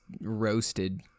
roasted